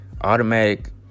automatic